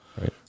Right